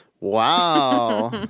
Wow